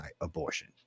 abortion